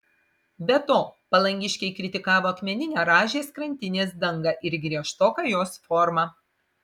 be to palangiškiai kritikavo akmeninę rąžės krantinės dangą ir griežtoką jos formą